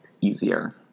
easier